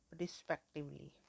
respectively